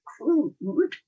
crude